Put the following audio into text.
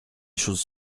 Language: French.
choses